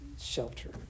Shelter